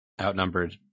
Outnumbered